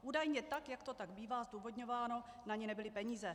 Údajně, jak to tak bývá zdůvodňováno, na ni nebyly peníze.